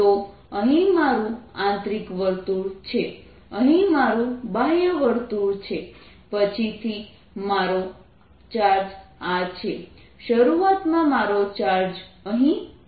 તો અહીં મારું આંતરિક વર્તુળ છે અહીં મારું બાહ્ય વર્તુળ છે પછીથી મારો ચાર્જ આ છે શરૂઆતમાં મારો ચાર્જ અહીં છે